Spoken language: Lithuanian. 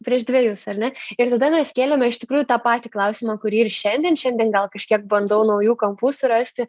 prieš dvejus ar ne ir tada mes kėlėme iš tikrųjų tą patį klausimą kurį ir šiandien šiandien gal kažkiek bandau naujų kampų surasti